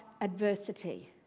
adversity